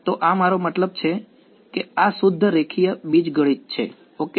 તો આ મારો મતલબ છે કે આ શુદ્ધ રેખીય બીજગણિત છે ઓકે